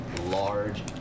large